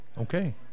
Okay